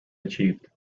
achieved